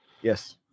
yes